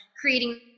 creating